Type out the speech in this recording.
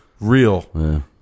real